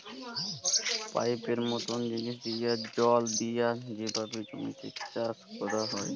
পাইপের মতল জিলিস দিঁয়ে জল দিঁয়ে যেভাবে জমিতে চাষ ক্যরা হ্যয়